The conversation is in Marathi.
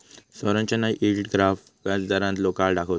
संरचना यील्ड ग्राफ व्याजदारांतलो काळ दाखवता